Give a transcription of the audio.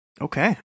Okay